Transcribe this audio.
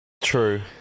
True